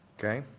okay?